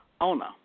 owner